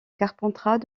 carpentras